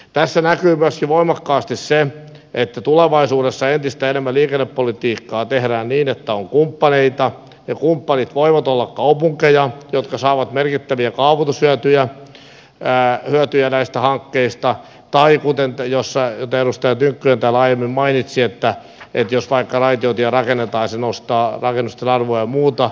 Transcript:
tässä näkyy myöskin voimakkaasti se että tulevaisuudessa entistä enemmän liikennepolitiikkaa tehdään niin että on kumppaneita ja kumppanit voivat olla kaupunkeja jotka saavat merkittäviä kaavoitushyötyjä näistä hankkeista tai kuten edustaja tynkkynen täällä aiemmin mainitsi jos vaikka raitiotie rakennetaan se nostaa rakennusten arvoa ja muuta